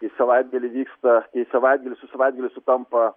į savaitgalį vyksta į savaitgalius su savaitgaliu sutampa